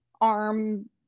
arm